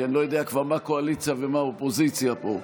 כי אני לא יודע כבר מה קואליציה ומה אופוזיציה פה.